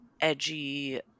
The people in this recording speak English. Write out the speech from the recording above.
edgy